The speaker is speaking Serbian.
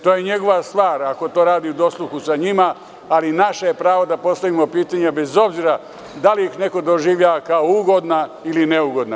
To je njegova stvar, ako to radi u dosluhu sa njima, ali naše je pravo da postavimo pitanje, bez obzira da li ih neko doživljava kao ugodna ili neugodna.